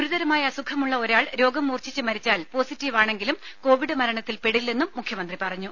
ഗുരുതരമായ അസുഖമുള്ള ഒരാൾ രോഗം മൂർച്ഛിച്ച് മരിച്ചാൽ പോസിറ്റീവാണെങ്കിലും കോവിഡ് മരണത്തിൽ പെടില്ലെന്നും മുഖ്യമന്ത്രി പറഞ്ഞു